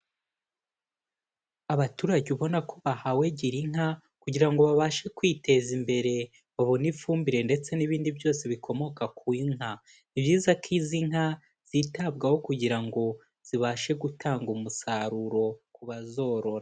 Abaturage ubona ko bahawe Gira inka kugira ngo babashe kwiteza imbere, babone ifumbire ndetse n'ibindi byose bikomoka ku nka. Ni byiza ko izi nka zitabwaho kugira ngo zibashe gutanga umusaruro ku bazorora.